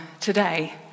today